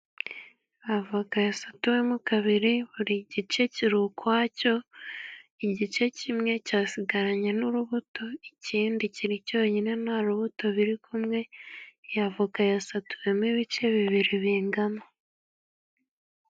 Avoka yasatuwemo kabiri, buri gice kiri ukwacyo igice kimwe cyasigaranye n'urubuto, ikindi kiri cyonyine nta rubuto biri kumwe, Iyi avoka yasatuwemo ibice bibiri bingana.